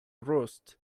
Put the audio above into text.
roost